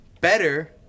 better